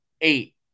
eight